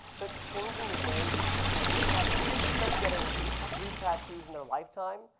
but changing the way people purchase tattoos. instead of getting three tattoos in their lifetime,